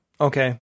Okay